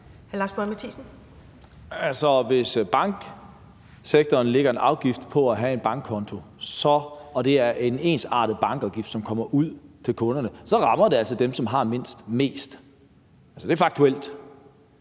Hvis banksektoren lægger en afgift på det at have en bankkonto og det er en ensartet bankafgift, som lægges ud til kunderne, så rammer det altså dem, som har mindst, mest. Det er faktuelt.